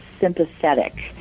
sympathetic